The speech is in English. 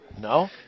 No